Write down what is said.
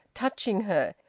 touching her,